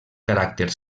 caràcter